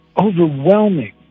overwhelming